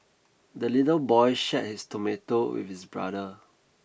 the little boy shared his tomato with his brother